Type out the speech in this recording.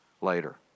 later